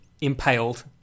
impaled